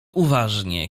uważnie